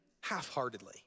half-heartedly